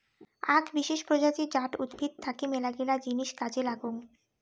আক বিশেষ প্রজাতি জাট উদ্ভিদ থাকি মেলাগিলা জিনিস কাজে লাগং